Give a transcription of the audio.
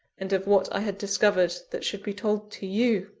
and of what i had discovered that should be told to you.